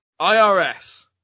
IRS